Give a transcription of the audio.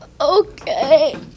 Okay